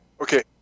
Okay